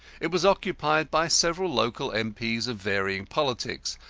it was occupied by several local m p s of varying politics,